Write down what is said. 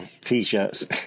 T-shirts